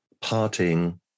parting